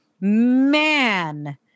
Man